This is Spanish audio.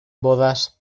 bodas